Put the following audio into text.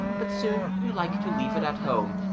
but soon you like to leave it at home.